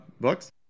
books